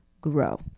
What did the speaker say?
grow